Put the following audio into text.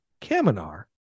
Kaminar